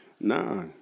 Nah